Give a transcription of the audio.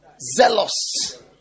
Zealous